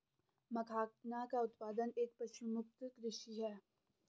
मखाना का उत्पादन एक पशुमुक्त कृषि है